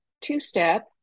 two-step